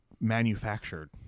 manufactured